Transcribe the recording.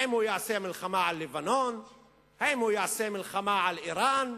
האם יעשה מלחמה על לבנון, האם יעשה מלחמה על אירן.